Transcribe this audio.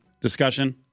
discussion